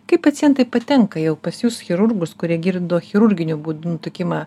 kai pacientai patenka jau pas jus chirurgus kurie girdo chirurginiu būdu nutukimą